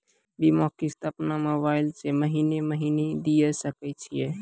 बीमा किस्त अपनो मोबाइल से महीने महीने दिए सकय छियै?